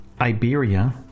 Iberia